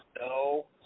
No